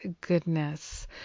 goodness